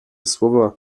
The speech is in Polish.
słowa